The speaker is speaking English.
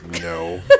No